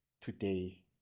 today